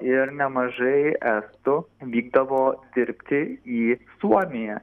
ir nemažai estų vykdavo dirbti į suomiją